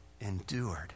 endured